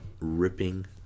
ripping